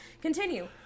continue